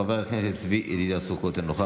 חבר הכנסת צבי ידידיה סוכות, אינו נוכח,